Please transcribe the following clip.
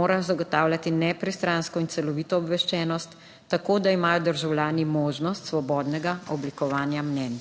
Morajo zagotavljati nepristransko in celovito obveščenost tako, da imajo državljani možnost svobodnega oblikovanja mnenj.